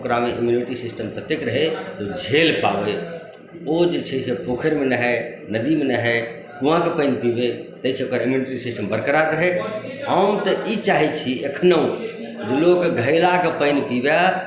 ओकरामे immunity system ततेक रहै ओ झेल पाबै ओ जे छै से पोखरिमे नहाय नदीमे नहाय कुआँके पानि पीबए ताहिसँ ओकर इम्यूनिटी सिस्टम बरकरार रहय हम तऽ ई चाहैत छी एखनहु लोक घैलाके पानि पीबय